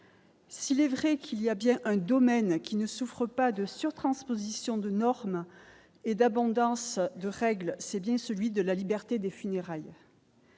S'il est vrai qu'il y a bien un domaine qui ne souffre pas de sur-transposition de normes et d'abondance de règles, c'est bien celui de la liberté des funérailles.